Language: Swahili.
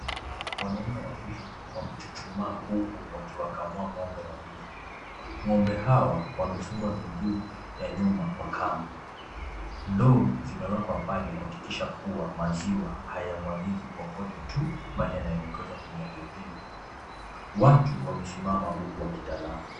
Wanaume wawili wanachuchumaa huku wakiwakamua ng'ombe wawili ng'ombe hawa wamefungwa miguu ya nyuma kwa kamba. Ndoo zimewekwa pale kuhakikisha kuwa maziwa hayamwagiki popote tu bali yanaelekeshwa kwenye ndoo hizo. Watu wamesimama huku wakitazama.